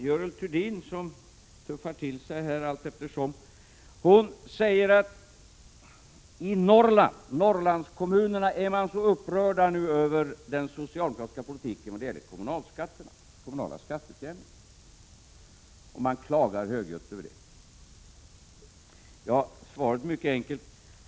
Görel Thurdin, som tuffar till sig här allteftersom, säger att människorna i Norrlandskommunerna är så upprörda över den socialdemokratiska politiken när det gäller den kommunala skatteutjämningen och klagar högljutt över den. Svaret är mycket enkelt.